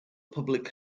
public